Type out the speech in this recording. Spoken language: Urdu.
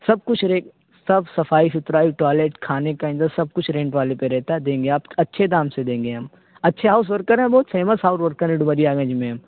سب کچھ سب صفائی ستھرائی ٹوائلیٹ کھانے کا سب کچھ رینٹ والے پہ رہتا ہے دیں گے آپ اچھے دام سے دیں گے ہم اچھے ہاؤس ورکر ہیں بہت فیمس ہاؤٹ ورکر ورکر ہیں ڈومریا گنج میں ہم